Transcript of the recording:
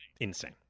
Insane